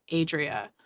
...Adria